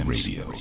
Radio